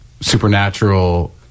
supernatural